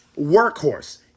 Workhorse